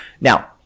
Now –